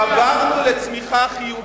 עברנו לצמיחה חיובית.